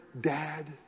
dad